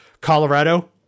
Colorado